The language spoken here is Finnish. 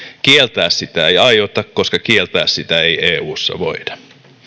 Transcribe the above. kieltää sitä ei aiota koska kieltää sitä ei eussa voida